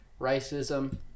racism